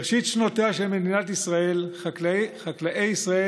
בראשית שנותיה של מדינת ישראל חקלאי ישראל